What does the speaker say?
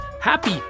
Happy